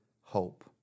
hope